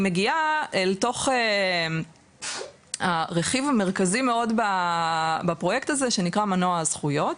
היא מגיעה אל תוך הרכיב המרכזי מאוד בפרויקט הזה שנקרא מנוע הזכויות.